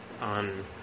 on